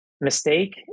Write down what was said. mistake